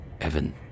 Evan